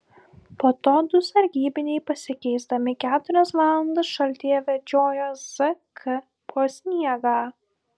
po to du sargybiniai pasikeisdami keturias valandas šaltyje vedžiojo zk po sniegą